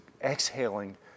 exhaling